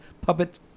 puppet